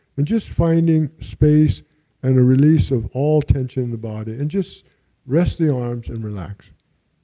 and just finding space and a release of all tension in the body. and just rest the arms and relax.